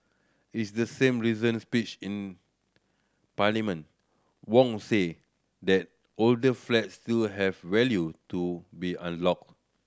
is the same recent speech in Parliament Wong said that older flats still had value to be unlocked